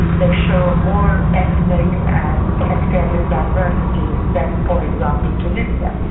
they show more ethnic and sectarian diversity than, for example, tunisia.